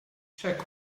check